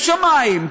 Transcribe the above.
יש שם מים,